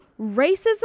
racism